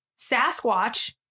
Sasquatch